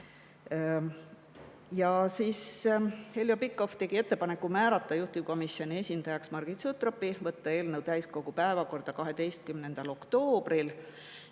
Heljo Pikhof tegi ettepaneku määrata juhtivkomisjoni esindajaks Margit Sutropi ja võtta eelnõu täiskogu päevakorda 12. oktoobril.